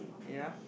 ya